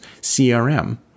CRM